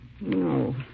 No